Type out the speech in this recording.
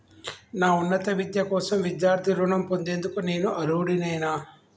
నా ఉన్నత విద్య కోసం విద్యార్థి రుణం పొందేందుకు నేను అర్హుడినేనా?